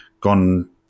gone